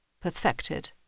perfected